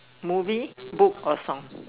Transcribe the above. movie book or song